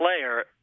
player